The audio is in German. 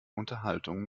unterhaltung